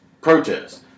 protests